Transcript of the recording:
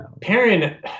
Perrin